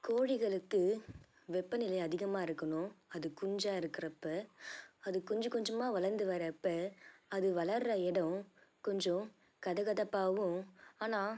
கோழிகளுக்கு வெப்பநிலை அதிகமாக இருக்கணும் அது குஞ்சாக இருக்கிறப்ப அது கொஞ்ச கொஞ்சமாக வளர்ந்து வரப்போ அது வளர்ற இடோம் கொஞ்சம் கதகதப்பாகவும் ஆனால்